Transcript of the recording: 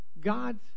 God